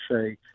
say